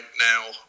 now